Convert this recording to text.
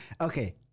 Okay